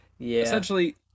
essentially